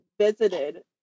visited